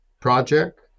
project